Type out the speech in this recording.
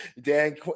Dan